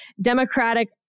Democratic